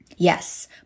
Yes